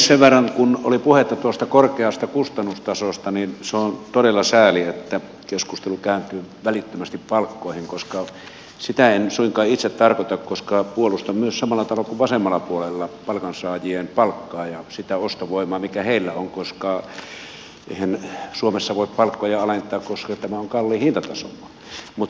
sen verran kun oli puhetta tuosta korkeasta kustannustasosta niin se on todella sääli että keskustelu kääntyi välittömästi palkkoihin koska sitä en suinkaan itse tarkoita koska puolustan samalla tavalla kuin vasemmalla puolella myös palkansaajien palkkaa ja sitä ostovoimaa mikä heillä on koska eihän suomessa voi palkkoja alentaa koska tämä on kalliin hintatason maa